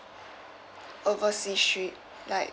overseas trip like